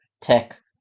tech